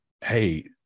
Hey